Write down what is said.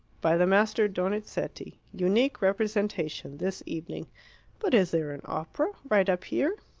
by the master donizetti. unique representation. this evening but is there an opera? right up here?